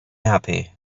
happy